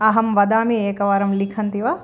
अहं वदामि एकवारं लिखन्ति वा